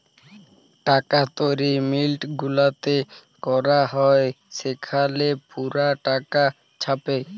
টাকা তৈরি মিল্ট গুলাতে ক্যরা হ্যয় সেখালে পুরা টাকা ছাপে